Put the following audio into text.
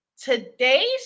today's